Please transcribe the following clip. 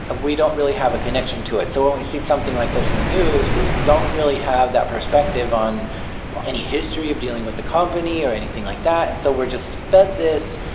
ah we don't really have a connection to it. so we see something like this in the news, we don't really have that perspective on any history of dealing with the company or anything like that. and so we're just fed this,